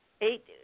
Eight